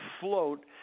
float